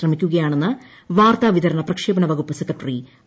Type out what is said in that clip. ശ്രമിക്കുകയാണെന്ന് വാർത്താ വിതരണ പ്രക്ഷേപണ വകുപ്പ് സെക്രട്ടറി അമിത് ഖാരെ